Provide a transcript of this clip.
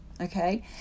okay